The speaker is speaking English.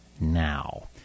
now